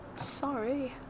sorry